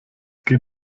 geht